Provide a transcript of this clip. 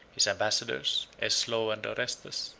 his ambassadors, eslaw and orestes,